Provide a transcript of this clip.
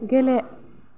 गेले